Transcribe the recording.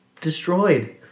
destroyed